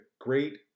Great